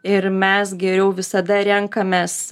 ir mes geriau visada renkamės